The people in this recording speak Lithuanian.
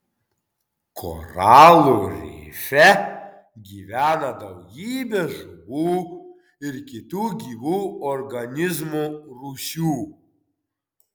koralų rife gyvena daugybė žuvų ir kitų gyvų organizmų rūšių